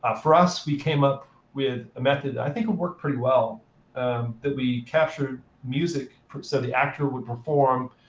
ah for us, we came up with a method i think it worked pretty well that we captured music so the actor would perform.